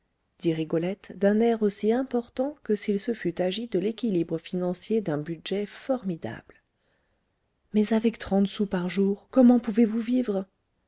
dit rigolette d'un air aussi important que s'il se fût agi de l'équilibre financier d'un budget formidable mais avec trente sous par jour comment pouvez-vous vivre